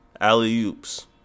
alley-oops